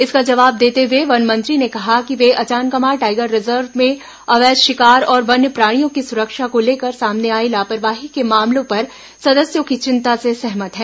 इसका जवाब देते हुए वन मंत्री ने कहा कि शिकार और वनों की वे अचानकमार टाईगर रिजर्व में अवैध शिकार और वन्य प्राणियों की सुरक्षा को लेकर सामने आई लापरवाही के मामलों पर सदस्यों की चिंता से सहमत हैं